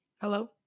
hello